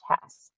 task